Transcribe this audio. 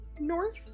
north